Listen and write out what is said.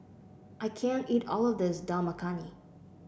I can't eat all of this Dal Makhani